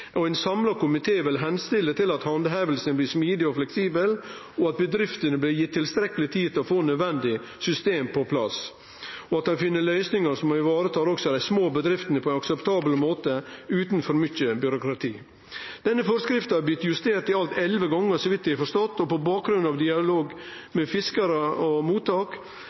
2017. Ein samla komité vil oppmode om at handhevinga blir smidig og fleksibel, at bedriftene blir gitt tilstrekkeleg tid til å få nødvendige system på plass, og at ein finn løysingar som varetar også dei små bedriftene på ein akseptabel måte utan for mykje byråkrati. Denne forskrifta er blitt justert i alt elleve gonger, så vidt eg har forstått, på bakgrunn av dialog med fiskarar og mottak,